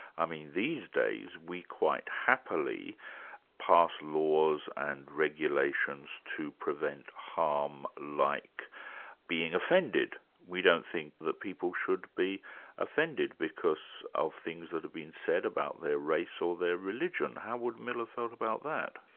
i mean these days we quite happily pass laws and regulations to prevent harm like being offended. we don't think that people should be offended because of things that are being said about their race or their religion. how would mill have felt about that?